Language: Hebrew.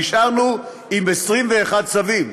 נשארנו עם 21 צווים.